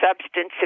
substance